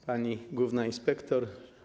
Pani Główna Inspektor!